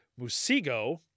Musigo